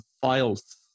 files